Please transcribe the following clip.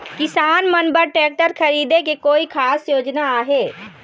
किसान मन बर ट्रैक्टर खरीदे के कोई खास योजना आहे?